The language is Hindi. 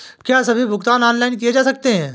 क्या सभी भुगतान ऑनलाइन किए जा सकते हैं?